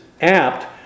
apt